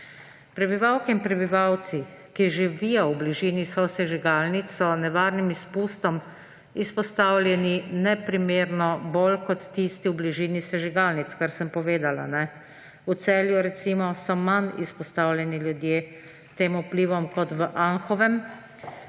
Prebivalke in prebivalci, ki živijo v bližini sosežigalnic, so nevarnim izpustom izpostavljeni neprimerno bolj kot tisti v bližini sežigalnic, kar sem povedala. V Celju recimo so manj izpostavljeni ljudje tem vplivom kot v Anhovem,